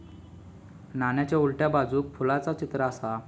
नाण्याच्या उलट्या बाजूक फुलाचा चित्र आसा